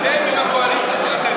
זה אתם עם הקואליציה שלכם,